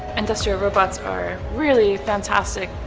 industrial robots are really fantastic.